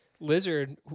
Lizard